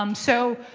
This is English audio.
um so,